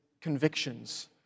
convictions